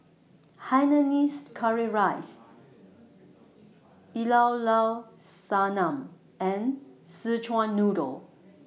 Hainanese Curry Rice Llao Llao Sanum and Szechuan Noodle